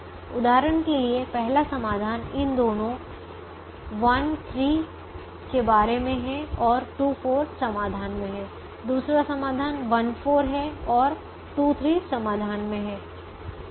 उदाहरण के लिए पहला समाधान इन दोनों 1 3 के बारे में है और 2 4 समाधान में हैं दूसरा समाधान 1 4 है और 2 3 समाधान में हैं